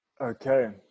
Okay